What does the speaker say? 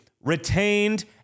retained